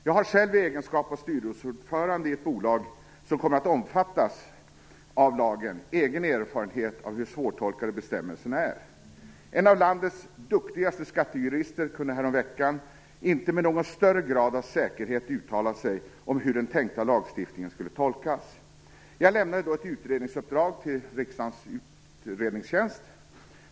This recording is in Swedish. Jag har själv i egenskap av styrelseordförande i ett bolag som kommer att omfattas av lagen egen erfarenhet av hur svårtolkade bestämmelserna är. En av landets duktigaste skattejurister kunde häromveckan inte med någon större grad av säkerhet uttala sig om hur den tänkta lagstiftningen skulle tolkas. Jag lämnade då ett utredningsuppdrag till Riksdagens utredningstjänst.